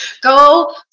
go